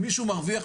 מישהו מרוויח,